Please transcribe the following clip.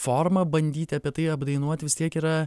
forma bandyti apie tai apdainuoti vis tiek yra